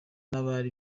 n’abari